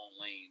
lane